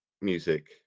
music